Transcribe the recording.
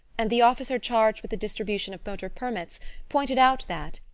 and the officer charged with the distribution of motor-permits pointed out that,